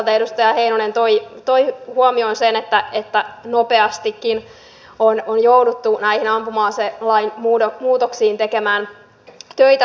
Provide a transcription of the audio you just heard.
toisaalta edustaja heinonen toi huomioon sen että nopeastikin on jouduttu näihin ampuma aselain muutoksiin tekemään töitä